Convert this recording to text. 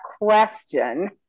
question